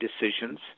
decisions